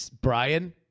Brian